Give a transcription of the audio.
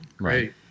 Right